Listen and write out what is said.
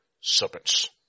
serpents